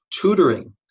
tutoring